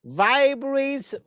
vibrates